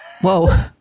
whoa